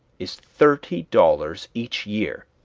is thirty dollars each year,